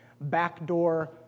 backdoor